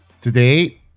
Today